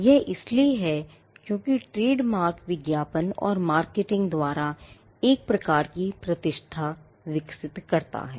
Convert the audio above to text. यह इसलिए है क्योंकि ट्रेडमार्क विज्ञापन और marketing द्वारा एक प्रकार की प्रतिष्ठा विकसित करता है